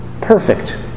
perfect